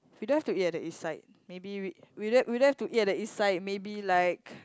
we don't have to eat at the east side maybe we we don't we don't have to eat at the east side maybe like